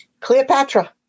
Cleopatra